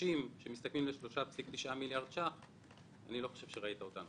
נושים שמסתכמים ב-3.9 מיליארד ש"ח אתה ראית אותנו.